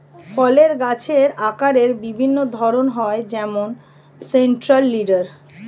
ফলের গাছের আকারের বিভিন্ন ধরন হয় যেমন সেন্ট্রাল লিডার